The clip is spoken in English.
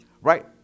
Right